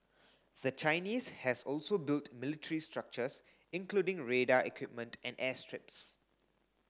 the Chinese has also built military structures including radar equipment and airstrips